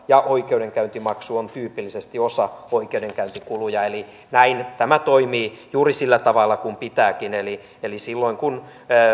ja oikeudenkäyntimaksu on tyypillisesti osa oikeudenkäyntikuluja eli näin tämä toimii juuri sillä tavalla kuin pitääkin eli eli silloin kun